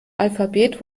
alphabet